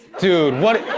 dude, what?